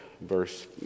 verse